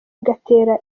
igatera